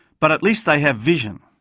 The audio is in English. but at least they have vision.